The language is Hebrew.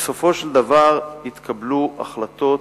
ובסופו של דבר התקבלו החלטות.